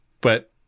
but-